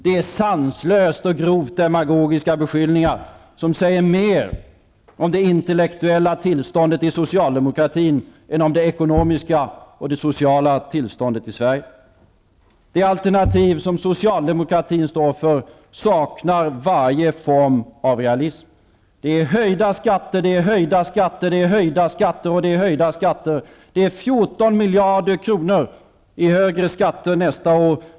Det är sanslösa och grovt demagogiska beskyllningar som säger mer om det intellektuella tillståndet i socialdemokratin än om det ekonomiska och sociala tillståndet i Sverige. Det alternativ som Socialdemokraterna står för saknar varje form av realism -- det är höjda skatter, det är höjda skatter, det är höjda skatter och det är höjda skatter. Det är fråga om 14 miljarder kronor i högre skatter nästa år.